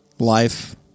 Life